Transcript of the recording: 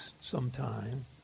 sometime